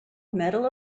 medal